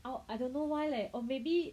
Hou~ I don't know why leh or maybe